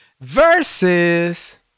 versus